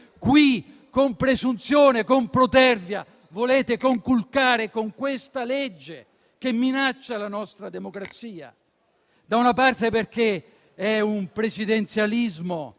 qui, con presunzione e con protervia, volete conculcare, con questa legge che minaccia i fondamenti della nostra democrazia: da una parte perché è un "presidenzialismo"